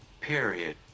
period